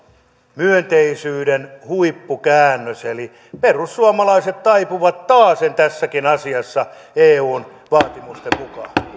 myönteisyyden huippukäännös eli perussuomalaiset taipuvat taasen tässäkin asiassa eun vaatimusten mukaan